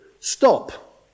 stop